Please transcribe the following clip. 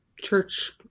church